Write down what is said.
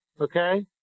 okay